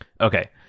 Okay